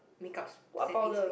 make ups setting space